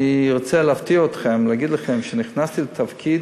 אני רוצה להפתיע אתכם ולהגיד לכם שכשנכנסתי לתפקיד,